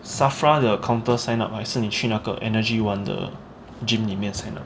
SAFRA 的 counter sign up 还是你去那个 EnergyOne 的 gym 里面 sign up